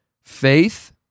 faith